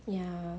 ya hor